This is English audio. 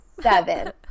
seven